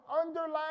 underlying